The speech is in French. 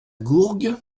gourgue